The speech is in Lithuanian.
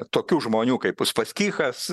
tokių žmonių kaip uspaskichas